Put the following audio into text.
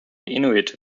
inuit